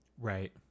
Right